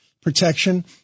protection